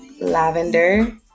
lavender